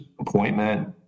appointment